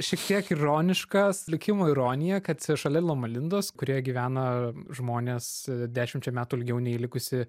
šiek tiek ironiškas likimo ironija kad šalia loma lindos kurioje gyvena žmonės dešimčia metų ilgiau nei likusi